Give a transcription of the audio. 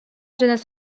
this